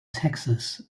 texas